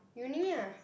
uni ah